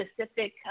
specific